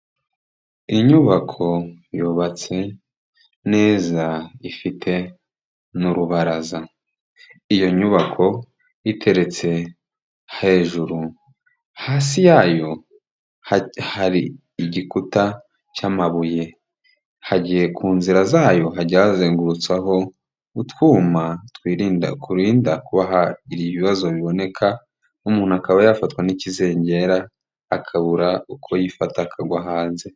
Inyubako yubatse neza ifite n'urubaraza. iyo nyubako iteretse hejuru hasi yayo hari igikuta cy'amabuye hagiye ku nzira zayo hajya hazengurutsaho utwuma twirinda kurinda kubaha ibibazo biboneka umuntu akaba yafatwa n'ikizengera akabura uko yifata akagwa hanze.